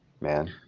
man